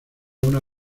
una